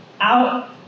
out